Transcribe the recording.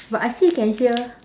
but I still can hear